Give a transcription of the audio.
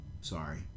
sorry